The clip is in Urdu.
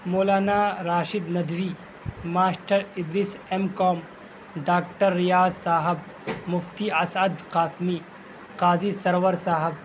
مولانا Rashid Nadvi master Idris M Com doctor Riyaz صاحب مفتی اسعد قاسمی قاضی سرور صاحب